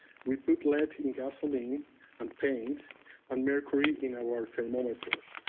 we put lead in gasoline and paint and mercury in our thermometers.